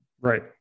Right